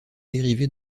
dérivés